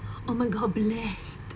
oh my god bless